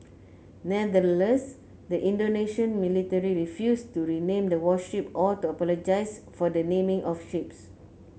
nevertheless the Indonesian military refused to rename the warships or to apologise for the naming of ships